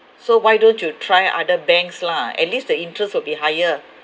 so why don't you try other banks lah at least the interest will be higher